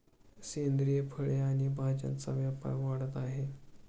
सेंद्रिय फळे आणि भाज्यांचा व्यापार वाढत आहे